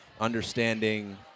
Understanding